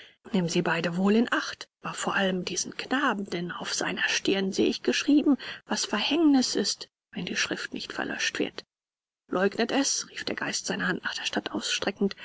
nimm sie beide wohl in acht aber vor allem diesen knaben denn auf seiner stirn seh ich geschrieben was verhängnis ist wenn die schrift nicht verlöscht wird leugnet es rief der geist seine hand nach der stadt ausstreckend